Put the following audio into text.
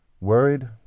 worried